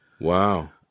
Wow